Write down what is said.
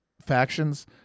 factions